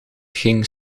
hing